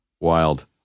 Wild